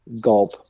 Gulp